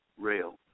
rail